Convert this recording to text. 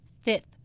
Fifth